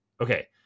Okay